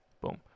boom